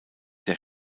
der